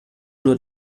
nur